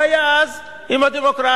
מה היה אז עם הדמוקרטיה?